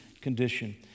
condition